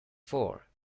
for